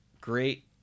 great